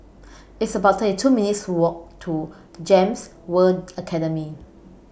It's about thirty two minutes' Walk to Gems World Academy